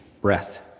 breath